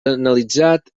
analitzat